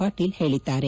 ಪಾಟೀಲ್ ಹೇಳಿದ್ದಾರೆ